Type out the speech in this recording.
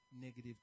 negative